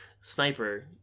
sniper